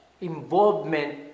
involvement